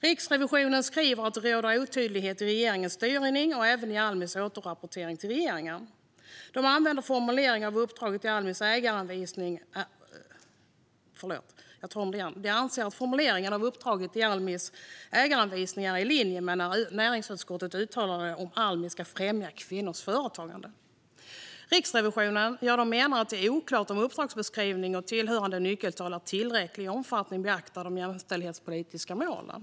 Riksrevisionen skriver att det råder otydlighet i regeringens styrning och även i Almis återrapportering till regeringen. De anser att formuleringen av uppdraget i Almis ägaranvisning är i linje med näringsutskottets uttalande om att Almi ska främja kvinnors företagande. Riksrevisionen menar att det är oklart om uppdragsbeskrivning och tillhörande nyckeltal i tillräcklig omfattning beaktar de jämställdhetspolitiska målen.